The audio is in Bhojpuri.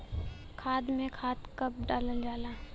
धान में खाद कब डालल जाला?